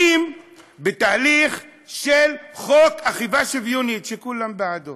באים בתהליך של חוק אכיפה שוויונית, שכולם בעדו,